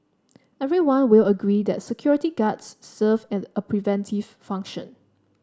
everyone will agree that security guards serve and a preventive function